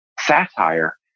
satire